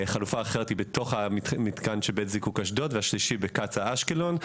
חלופה אחרת בתוך מתקן בית זיקוק אשדוד והשלישי בקצא"א אשקלון.